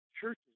churches